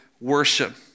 worship